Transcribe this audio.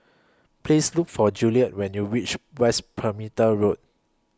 Please Look For Juliet when YOU REACH West Perimeter Road